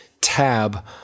tab